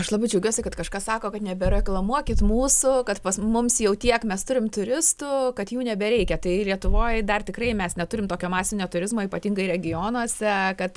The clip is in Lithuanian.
aš labai džiaugiuosi kad kažkas sako kad nebe reklamuokit mūsų kad mums jau tiek mes turim turistų kad jų nebereikia tai lietuvoj dar tikrai mes neturim tokio masinio turizmo ypatingai regionuose kad